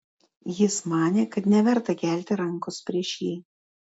jis manė kad neverta kelti rankos prieš jį